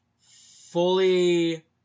fully